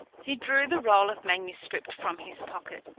he drew the roll of manuscript from his pocket.